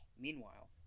Meanwhile